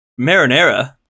Marinara